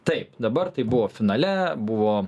taip dabar tai buvo finale buvo